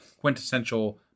quintessential